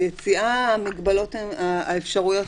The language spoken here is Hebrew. מה היו השיקולים בעניין הזה?